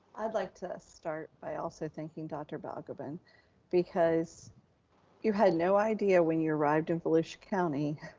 i'd like to start by also thanking dr. balgobin because you had no idea when you arrived in volusia county,